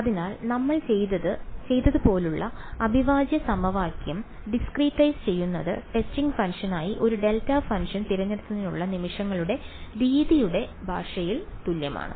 അതിനാൽ നമ്മൾ ചെയ്തത് പോലെയുള്ള അവിഭാജ്യ സമവാക്യം ഡിസ്ക്രിറ്റൈസ് ചെയ്യുന്നത് ടെസ്റ്റിംഗ് ഫംഗ്ഷനായി ഒരു ഡെൽറ്റ ഫംഗ്ഷൻ തിരഞ്ഞെടുക്കുന്നതിനുള്ള നിമിഷങ്ങളുടെ രീതിയുടെ ഭാഷയിൽ തുല്യമാണ്